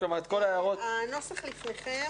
הנוסח לפניכם.